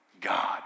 God